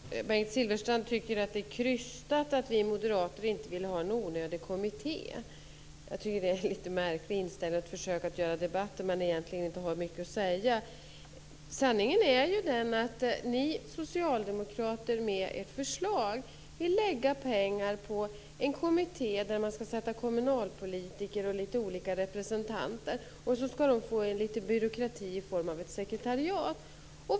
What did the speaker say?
Fru talman! Bengt Silfverstrand tycker att det är krystat att vi moderater inte vill ha en onödig kommitté. Jag tycker att det är en litet märklig inställning att försöka göra det till ett debattämne när man egentligen inte har mycket att säga. Sanningen är den att ni socialdemokrater med ert förslag vill lägga pengar på en kommitté där man skall tillsätta kommunalpolitiker och representanter från olika håll. De skall få litet byråkrati i form av ett sekretariat.